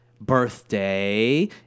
birthday